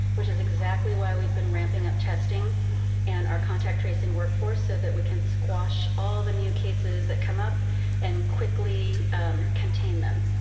which is exactly why we've been ramping up testing and our contact tracing workforce so that we can squash all the new cases that come up and quickly contain them.